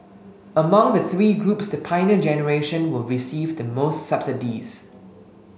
among the three groups the Pioneer Generation will receive the most subsidies